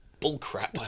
bullcrap